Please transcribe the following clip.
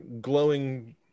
glowing